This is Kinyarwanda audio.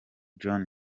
john